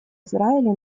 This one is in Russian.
израиле